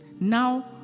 now